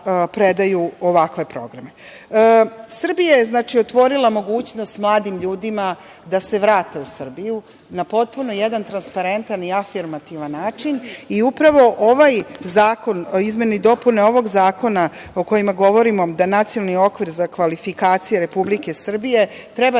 predaju ovakve programe. Srbija je otvorila mogućnost mladim ljudima da se vrate u Srbiju na potpuno jedan transparentan i afirmativan način i upravo izmene i dopune ovog zakona o kojima govorimo, da Nacionalni okvir za kvalifikacije Republike Srbije treba